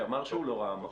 שאמר שהוא לא ראה מפות.